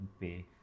pay